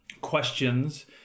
questions